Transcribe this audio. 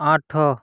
ଆଠ